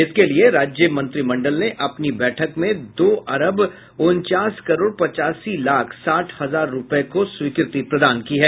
इसके लिये राज्य मंत्रिमंडल ने अपनी बैठक में दो अरब उनचास करोड़ पचासी लाख साठ हजार रूपये को स्वीकृति प्रदान की है